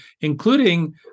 including